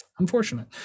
Unfortunate